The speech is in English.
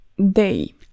Day